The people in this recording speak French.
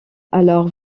alors